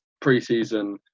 pre-season